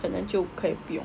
可能就可以变